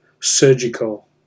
surgical